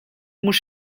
mhux